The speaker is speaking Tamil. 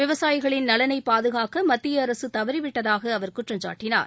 விவசாயிகளின் நலனை பாதுகாக்க மத்திய அரசு தவறிவிட்டதாக அவர் குற்றம்சாட்டினார்